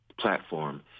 platform